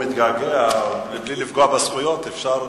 אדוני, אם הוא מתגעגע, מבלי לפגוע בזכויות, אפשר